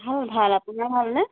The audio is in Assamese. ভাল ভাল আপোনাৰ ভালনে